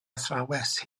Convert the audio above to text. athrawes